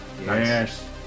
Yes